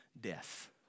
death